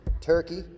Turkey